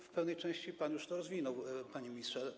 W pewnej części pan to już rozwinął, panie ministrze.